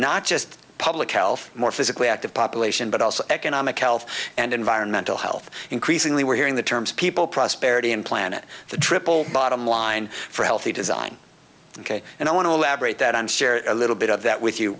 not just public health more physically active population but also economic health and environmental health increasingly we're hearing the terms people prosperity and planet the triple bottom line for healthy design ok and i want to elaborate that and share a little bit of that with you